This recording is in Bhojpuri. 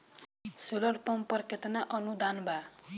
सोलर पंप पर केतना अनुदान बा?